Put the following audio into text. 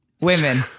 Women